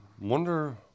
wonder